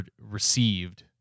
received